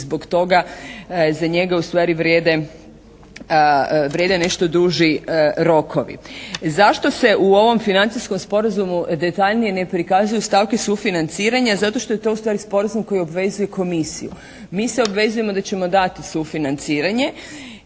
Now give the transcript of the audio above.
zbog toga za njega ustvari vrijede nešto duži rokovi. Zašto se u ovom financijskom sporazumu detaljnije ne prikazuju stavke sufinanciranja? Zato što je to ustvari sporazum koji obvezuje Komisiju. Mi se obvezujemo da ćemo dati sufinanciranje